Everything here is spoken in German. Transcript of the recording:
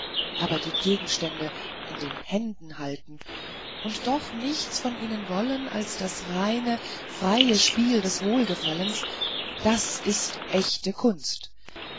aber die gegenstände in den händen halten und doch nichts von ihnen zu wollen als das reine freie spiel des wohlgefallens das ist echte kunst